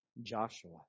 Joshua